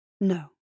No